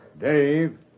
Dave